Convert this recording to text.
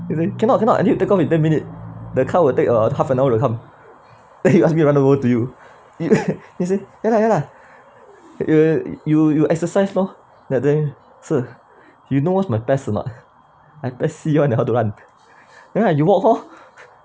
I say cannot cannot I need to take off in ten minute the car will take about half an hour to come then he ask me run over to you he say ya lah ya lah you you you exercise lor then I tell him sir you know what's my PES or not my PES C [one] eh how to run ya lah you walk lor